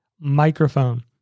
microphone